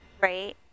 right